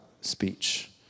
speech